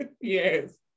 yes